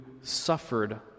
suffered